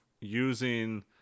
using